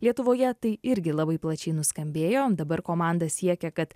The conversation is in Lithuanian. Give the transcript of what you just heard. lietuvoje tai irgi labai plačiai nuskambėjo dabar komanda siekia kad